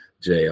jr